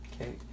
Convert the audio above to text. Okay